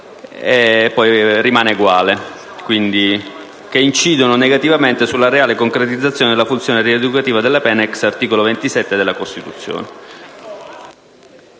procedurali che incidono negativamente sulla reale concretizzazione della funzione rieducativa della pena ex articolo 27 della Costituzione.